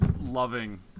loving